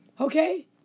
Okay